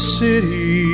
city